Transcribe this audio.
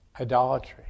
idolatry